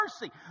mercy